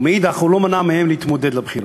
ומאידך הוא לא מנע מהם להתמודד בבחירות.